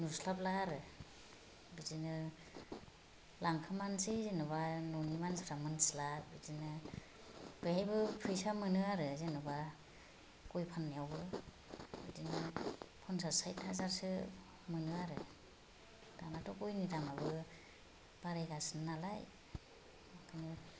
नुस्लाबला आरो बिदिनो लांखोमानोसै जेनेबा न'नि मानसिफ्रा मिन्थिला बिदिनो बेवहायबो फैसा मोनो आरो जेनेबा गय फाननायावबो बिदिनो पन्सास साथि हाजारसो मोनो आरो दानाथ' गयनि दामाबो बारायगासिनो नालाय बेखायनो